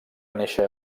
néixer